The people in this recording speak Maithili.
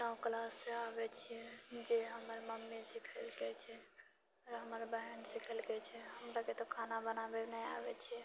नओ क्लाससँ आबए छिऐ जे हमर मम्मी सिखेलके छै आओर हमर बहन सिखेलकै छै हमराके तऽ खाना बनाबै नहि आबए छिऐ